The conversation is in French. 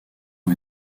ont